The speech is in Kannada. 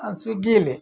ಸ್ವಿಗ್ಗೀಲಿ